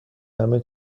همه